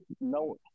no